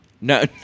No